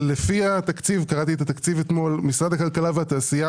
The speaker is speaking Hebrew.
לפי התקציב קראתי את התקציב אתמול משרד הכלכלה והתעשייה